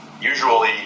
usually